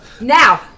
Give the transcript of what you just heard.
Now